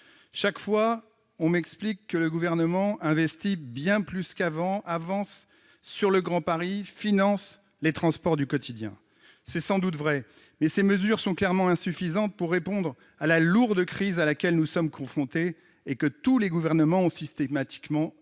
Chaque fois, on m'explique que le Gouvernement investit bien plus qu'avant, progresse sur le projet du Grand Paris, finance les transports du quotidien. C'est sans doute vrai, mais ces mesures sont clairement insuffisantes pour répondre à la lourde crise à laquelle nous sommes confrontés et que tous les gouvernements ont systématiquement minimisée.